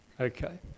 Okay